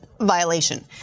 violation